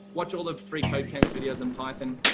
watch all the free code camps videos in python.